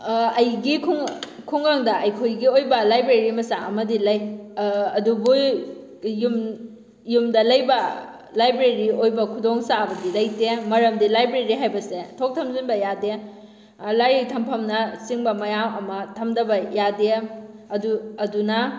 ꯑꯩꯒꯤ ꯈꯨꯡꯒꯪꯗ ꯑꯩꯈꯣꯏꯒꯤ ꯑꯣꯏꯕ ꯂꯥꯏꯕ꯭ꯔꯦꯔꯤ ꯃꯆꯥ ꯑꯃꯗꯤ ꯂꯩ ꯑꯗꯨꯕꯨ ꯌꯨꯝ ꯌꯨꯝꯗ ꯂꯩꯕ ꯂꯥꯏꯕ꯭ꯔꯦꯔꯤ ꯑꯣꯏꯕ ꯈꯨꯗꯣꯡ ꯆꯥꯕꯗꯤ ꯂꯩꯇꯦ ꯃꯔꯝꯗꯤ ꯂꯥꯏꯕ꯭ꯔꯦꯔꯤ ꯍꯥꯏꯕꯁꯦ ꯊꯣꯛ ꯊꯝꯖꯤꯟꯕ ꯌꯥꯗꯦ ꯂꯥꯏꯔꯤꯛ ꯊꯝꯐꯝꯅꯆꯤꯡꯕ ꯃꯌꯥꯝ ꯑꯃ ꯊꯝꯗꯕ ꯌꯥꯗꯦ ꯑꯗꯨ ꯑꯗꯨꯅ